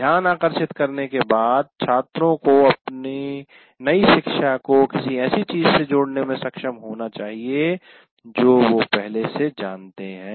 ध्यान आकर्षित करने के बाद छात्रों को अपनी नई शिक्षा को किसी ऐसी चीज़ से जोड़ने में सक्षम होना चाहिए जो वे पहले से जानते हैं